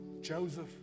Joseph